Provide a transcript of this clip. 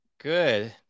Good